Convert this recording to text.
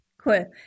Cool